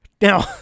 Now